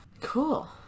Cool